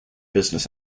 business